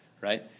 right